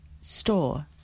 store